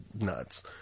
nuts